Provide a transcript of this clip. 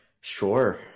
Sure